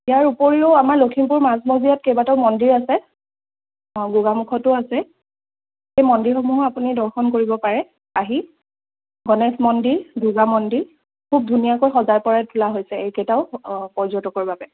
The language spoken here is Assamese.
ইয়াৰ উপৰিও আমাৰ লখিমপুৰ মাজমজিয়াত কেইবাটাও মন্দিৰ আছে গোগামুখতো আছে সেই মন্দিৰসমূহো আপুনি দৰ্শন কৰিব পাৰে আহি গণেশ মন্দিৰ দুৰ্গা মন্দিৰ খুব ধুনীয়াকৈ সজাই পৰাই তোলা হৈছে এইকেইটাও পৰ্য্যটকৰ বাবে